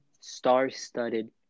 star-studded